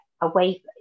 away